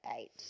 eight